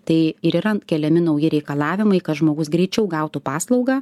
tai ir yra keliami nauji reikalavimai kad žmogus greičiau gautų paslaugą